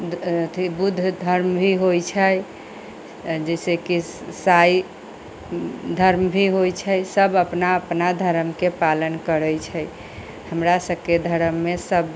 अथी बुद्ध धर्म भी होइ छै जैसेकि साई धर्म भी होइ छै सब अपना अपना धर्म के पालन करै छै हमरा सबके धर्म मे सब